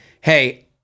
hey